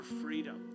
freedom